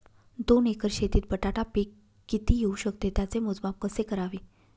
दोन एकर शेतीत बटाटा पीक किती येवू शकते? त्याचे मोजमाप कसे करावे?